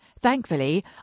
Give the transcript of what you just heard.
Thankfully